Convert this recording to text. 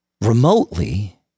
remotely